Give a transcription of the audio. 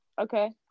okay